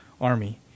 Army